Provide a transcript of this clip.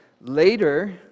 Later